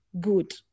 good